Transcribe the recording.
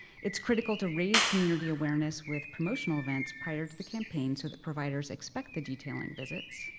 it's critical to raise community awareness with promotional events prior to the campaign so that providers expect the detailing visits.